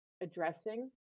addressing